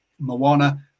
Moana